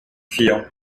vier